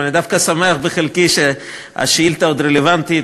אבל אני דווקא שמח שהשאילתה עוד רלוונטית,